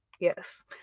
Yes